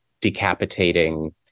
decapitating